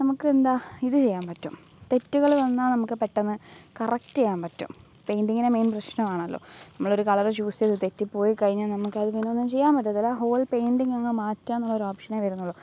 നമക്കെന്താണ് ഇത് ചെയ്യാൻ പറ്റും തെറ്റുകള് വന്നാല് നമുക്ക് പെട്ടെന്ന് കറക്റ്റെയാൻ പറ്റും പെയിന്റിംഗിൻ്റ മെയിൻ പ്രശ്നമാണല്ലോ നമ്മളൊരു കളര് ചൂസെയ്ത് തെറ്റിപ്പോയിക്കഴിഞ്ഞാല് നമുക്കത് പിന്നെ ഒന്നും ചെയ്യാൻ പറ്റത്തില്ല ആ ഹോൾ പെയിന്റിംഗ് അങ്ങ് മാറ്റാന്നുള്ളൊരു ഓപ്ഷനേ വരുന്നുള്ളൂ